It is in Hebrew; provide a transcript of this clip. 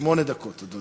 שמונה דקות, אדוני.